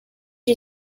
you